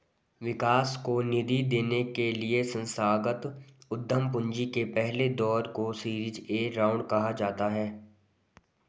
विकास को निधि देने के लिए संस्थागत उद्यम पूंजी के पहले दौर को सीरीज ए राउंड कहा जाता है